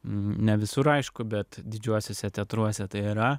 ne visur aišku bet didžiuosiuose teatruose tai yra